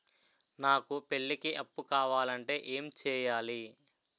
నాకు పెళ్లికి అప్పు కావాలంటే ఏం చేయాలి?